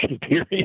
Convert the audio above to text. period